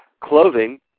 clothing